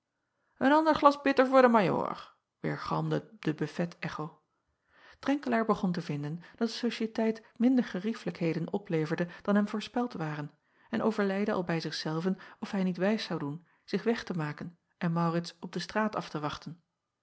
en ander glas bitter voor den ajoor weêrgalmde de bufet echo renkelaer begon te vinden dat de ociëteit minder geriefelijkheden opleverde dan hem voorspeld waren en overleide al bij zich zelven of hij niet wijs zou doen zich weg te maken en aurits op de straat af te wachten